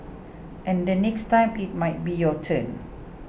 and the next time it might be your turn